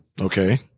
Okay